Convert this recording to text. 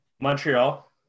Montreal